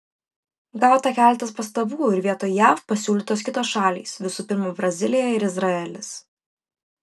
gauta keletas pastabų ir vietoj jav pasiūlytos kitos šalys visų pirma brazilija ir izraelis